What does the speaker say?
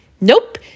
Nope